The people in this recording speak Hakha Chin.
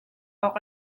awk